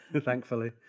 thankfully